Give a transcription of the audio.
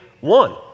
one